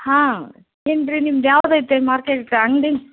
ಹಾಂ ಏನು ರೀ ನಿಮ್ದು ಯಾವ್ದು ಐತೆ ಮಾರ್ಕೇಟ್ ಅಂಗಡಿ